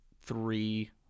three